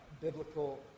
biblical